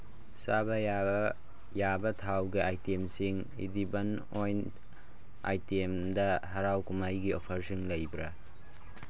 ꯆꯥꯕ ꯌꯥꯕ ꯊꯥꯎꯒꯤ ꯑꯥꯏꯇꯦꯝꯁꯤꯡ ꯏꯗꯤꯕꯟ ꯑꯣꯏꯟ ꯑꯥꯏꯇꯦꯝꯗ ꯍꯔꯥꯎ ꯀꯨꯝꯍꯩꯒꯤ ꯑꯣꯐꯔꯁꯤꯡ ꯂꯩꯕ꯭ꯔ